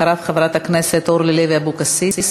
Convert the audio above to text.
אחריו, חברת הכנסת אורלי לוי אבקסיס.